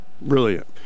Brilliant